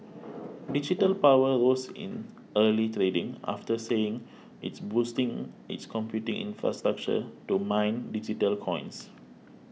Digital Power rose in early trading after saying it's boosting its computing infrastructure to mine digital coins